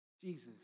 Jesus